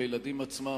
לילדים עצמם,